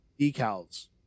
decals